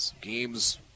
Games